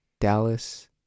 Dallas